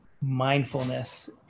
mindfulness